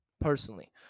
personally